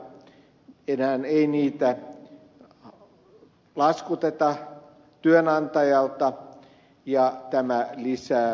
enää niitä ei laskuteta työnantajalta ja tämä lisää valtion velanottopainetta